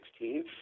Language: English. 2016